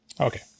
Okay